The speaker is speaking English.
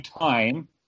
time